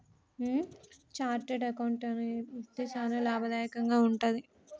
chartered accountant అనే వృత్తి సానా లాభదాయకంగా వుంటది